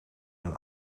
een